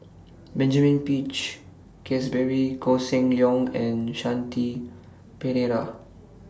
Benjamin Peach Keasberry Koh Seng Leong and Shanti Pereira